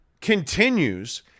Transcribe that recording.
continues